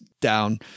down